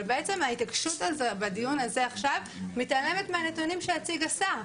אבל בעצם ההתעקשות בדיון הזה עכשיו מתעלמת מהנתונים שהציג השר.